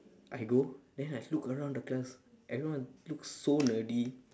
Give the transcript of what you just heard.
I go then I look around the class everyone looks so nerdy